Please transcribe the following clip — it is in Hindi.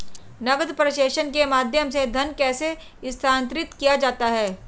नकद प्रेषण के माध्यम से धन कैसे स्थानांतरित किया जाता है?